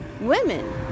women